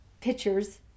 pictures